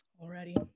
Already